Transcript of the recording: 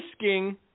risking